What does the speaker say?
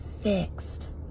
fixed